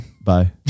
Bye